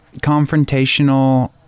confrontational